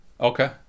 Okay